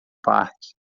parque